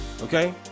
okay